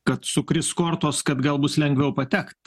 kad sukris kortos kad gal bus lengviau patekt